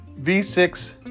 V6